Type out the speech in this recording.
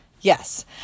Yes